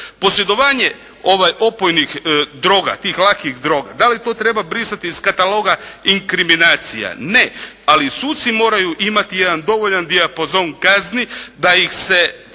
Posjedovanje opojnih droga, tih lakih droga, da li to treba brisati iz kataloga inkriminacija. Ne. Ali suci moraju imati jedan dovoljan dijapozon kazni da ih se